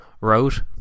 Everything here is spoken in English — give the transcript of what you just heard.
wrote